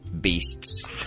beasts